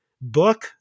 book